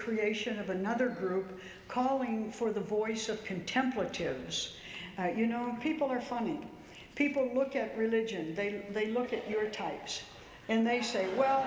creation of another group calling for the voice of contemplative this you know people are funny people look at religion they they look at your ties and they say well